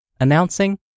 Announcing